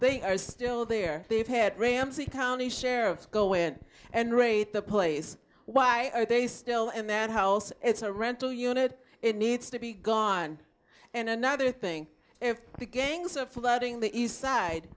they are still there they've had ramsey county sheriffs go in and rape the place why they still and then hell's it's a rental unit it needs to be gone and another thing if the gangs are flooding the east side